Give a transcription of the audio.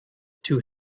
into